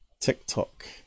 TikTok